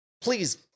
please